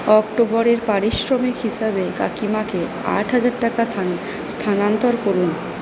অক্টোবরের পারিশ্রমিক হিসাবে কাকিমাকে আট হাজার টাকা থান স্থানান্তর করুন